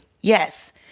Yes